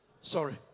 sorry